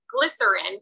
glycerin